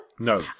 No